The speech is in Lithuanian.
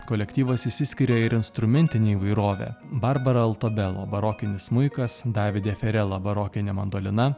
kolektyvas išsiskiria ir instrumentine įvairove barbara alto belo barokinis smuikas davidė ferela barokinė mandolina